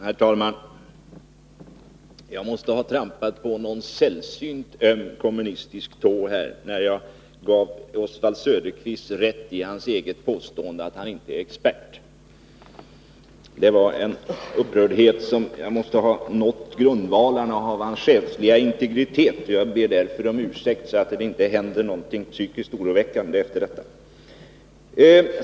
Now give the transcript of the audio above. Herr talman! Jag måste ha trampat på någon sällsynt öm kommunistisk tå, när jag gav Oswald Söderqvist rätt i hans eget påstående att han inte är expert. Det blev en sådan upprördhet att jag säger mig att jag måste ha nått grundvalarna för hans själsliga integritet, och jag ber därför om ursäkt, så att det inte händer någonting psykiskt oroväckande efter detta.